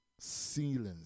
ceilings